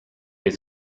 has